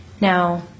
Now